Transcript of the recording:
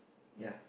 ya